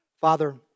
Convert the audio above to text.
Father